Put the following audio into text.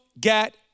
get